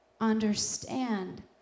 understand